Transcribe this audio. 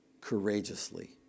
courageously